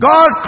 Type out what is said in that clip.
God